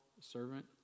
servant